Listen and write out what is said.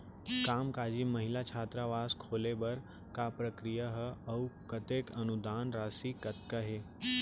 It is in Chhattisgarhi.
कामकाजी महिला छात्रावास खोले बर का प्रक्रिया ह अऊ कतेक अनुदान राशि कतका हे?